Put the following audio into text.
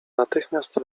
natychmiast